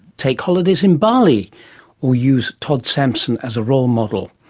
take holidays in bali or use todd sampson as a role model.